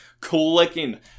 clicking